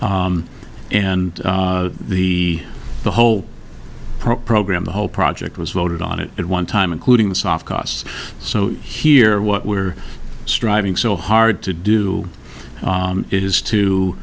special and the the whole program the whole project was voted on it at one time including the soft costs so here what we're striving so hard to do is to